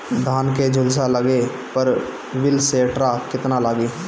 धान के झुलसा लगले पर विलेस्टरा कितना लागी?